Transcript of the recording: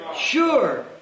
Sure